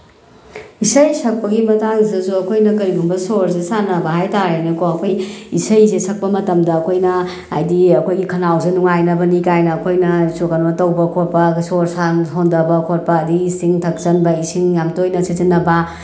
ꯏꯁꯩ ꯁꯛꯄꯒꯤ ꯃꯇꯥꯡꯁꯤꯗꯁꯨ ꯑꯩꯈꯣꯏꯅ ꯀꯔꯤꯒꯨꯝꯕ ꯁꯣꯔꯁꯦ ꯁꯥꯟꯅꯕ ꯍꯥꯏ ꯇꯥꯔꯦꯅꯦꯀꯣ ꯑꯩꯈꯣꯏ ꯏꯁꯩꯁꯦ ꯁꯛꯄ ꯃꯇꯝꯗ ꯑꯩꯈꯣꯏꯅ ꯍꯥꯏꯗꯤ ꯑꯩꯈꯣꯏꯒꯤ ꯈꯧꯅꯥꯎꯁꯦ ꯅꯨꯡꯉꯥꯏꯅꯕꯅꯤ ꯀꯥꯏꯅ ꯑꯩꯈꯣꯏꯅꯁꯨ ꯀꯩꯅꯣ ꯇꯧꯕ ꯈꯣꯠꯄ ꯁꯣꯔ ꯁꯥꯡ ꯍꯣꯟꯗꯕ ꯈꯣꯠꯄ ꯑꯗꯒꯤ ꯏꯁꯤꯡ ꯊꯛꯆꯤꯟꯕ ꯑꯗꯒꯤ ꯏꯁꯤꯡ ꯌꯥꯝ ꯇꯣꯏꯅ ꯁꯤꯖꯤꯟꯅꯕ